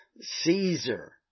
Caesar